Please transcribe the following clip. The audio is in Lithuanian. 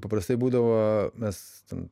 paprastai būdavo mes ten